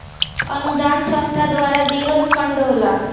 अनुदान संस्था द्वारा दिहल फण्ड होला